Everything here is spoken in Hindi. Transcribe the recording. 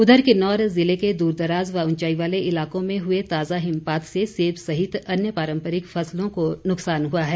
उधर किन्नौर ज़िले के दूरदराज़ व ऊंचाई वाले इलाकों में हुए ताज़ा हिमपात से सेब सहित अन्य पारंपरिक फसलों को नुकसान हुआ है